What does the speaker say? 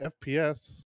fps